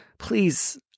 Please